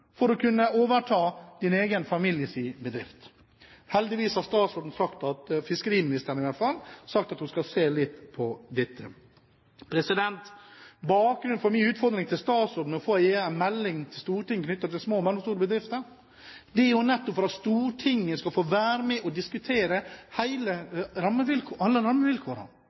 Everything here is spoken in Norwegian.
for å kunne overta din egen families bedrift. Heldigvis har fiskeriministeren sagt at hun skal se litt på dette. Bakgrunnen for min utfordring til statsråden om å få en melding til Stortinget knyttet til små og mellomstore bedrifter er jo nettopp at Stortinget skal få være med og diskutere alle rammevilkårene,